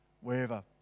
wherever